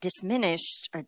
diminished